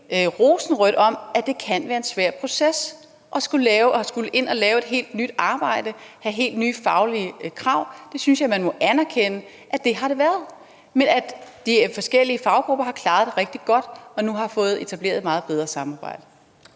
at det kan være en svær proces at skulle ind og lave et helt nyt arbejde, have helt nye faglige krav. Jeg synes, man må anerkende, at det har det været, men at de forskellige faggrupper har klaret det rigtig godt og nu har fået etableret et meget bedre samarbejde.